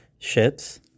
Shits